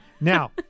Now-